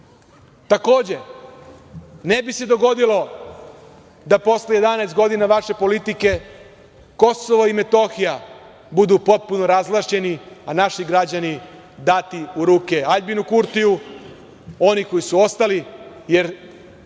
imovinu. Takođe, ne bi se dogodilo da posle 11 godina vaše politike Kosovo i Metohija budu potpuno razvlašćeni, a naši građani dati u ruke Aljbinu Kurtiju, oni koji su ostali, jer